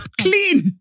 Clean